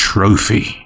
Trophy